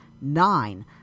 nine